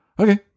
Okay